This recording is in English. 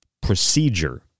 procedure